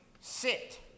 sit